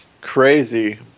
crazy